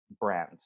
brand